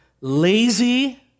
lazy